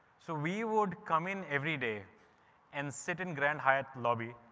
so we would come in every day and sit in grand hyatt lobby,